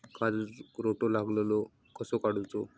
काजूक रोटो लागलेलो कसो काडूचो?